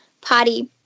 potty